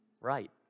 right